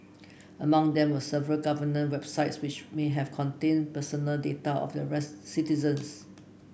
among them were several government websites which may have contained personal data of their citizens